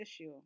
issue